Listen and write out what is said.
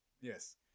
Yes